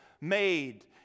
made